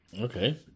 okay